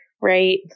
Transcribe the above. right